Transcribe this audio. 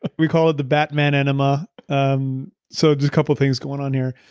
but we call it the batman enema. um so, there's a couple things going on here.